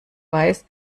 weiß